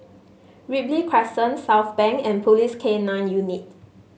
Ripley Crescent Southbank and Police K Nine Unit